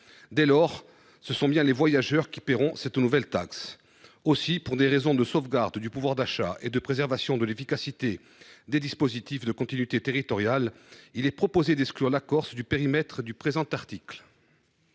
définitive, ce sont bien les voyageurs qui devront payer cette nouvelle taxe. Aussi, pour des raisons de sauvegarde du pouvoir d’achat et de préservation de l’efficacité des dispositifs de continuité territoriale, nous proposons d’exclure la Corse du périmètre d’application